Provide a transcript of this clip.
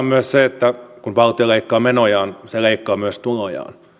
myös se että kun valtio leikkaa menojaan se leikkaa myös tulojaan ja